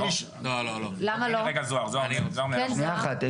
שנייה אחת,